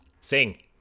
sing